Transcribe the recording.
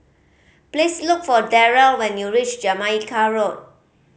please look for Darrell when you reach Jamaica Road